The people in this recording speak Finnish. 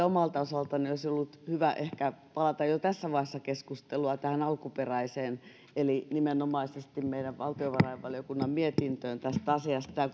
omalta osaltani olisi ollut hyvä ehkä palata jo tässä vaiheessa keskustelua tähän alkuperäiseen eli nimenomaisesti meidän valtiovarainvaliokunnan mietintöön tästä asiasta